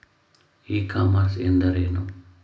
E commerce ಎಂದರೇನು?